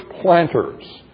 planters